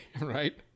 Right